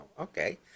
okay